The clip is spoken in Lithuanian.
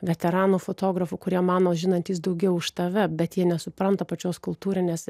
veteranų fotografų kurie mano žinantys daugiau už tave bet jie nesupranta pačios kultūrinės